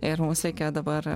ir mums reikėjo dabar